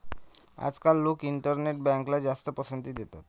आजकाल लोक इंटरनेट बँकला जास्त पसंती देतात